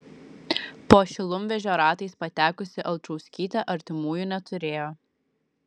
po šilumvežio ratais patekusi alčauskytė artimųjų neturėjo